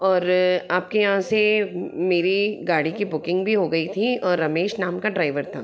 और आप के यहाँ से मेरी गाड़ी की बुकिंग भी हो गई थी और रमेश नाम का ड्राइवर था